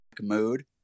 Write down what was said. mood